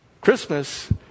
Christmas